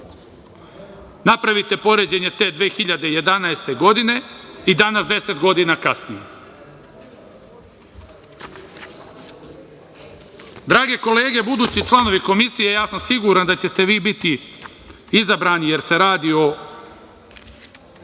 Napravite poređenje te 2011. godine i danas, deset godina kasnije. Drage kolege, budući članovi Komisije, siguran sam da ćete vi biti izabrani, jer se radi o